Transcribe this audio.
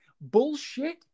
Bullshit